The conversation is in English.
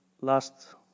last